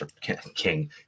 King